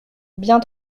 bien